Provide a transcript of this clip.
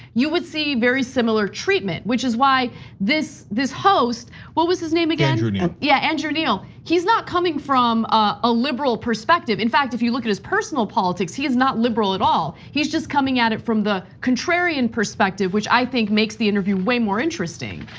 you would see very similar treatment, which is why this this host, what was his name again? andrew neil. yeah, andrew neil, he's not coming from a liberal perspective. in fact, if you look at his personal politics, he's not liberal at all. he's just coming at it from the contrarian perspective, which i think makes the interview way more interesting.